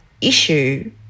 issue